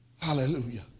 Hallelujah